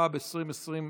התשפ"ב 2022,